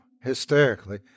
hysterically